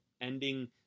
Ending